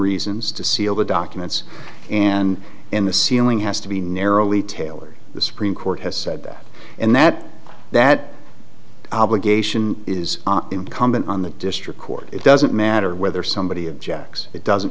reasons to seal the documents and in the ceiling has to be narrowly tailored the supreme court has said that and that that obligation is incumbent on the district court it doesn't matter whether somebody objects it doesn't